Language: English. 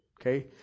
okay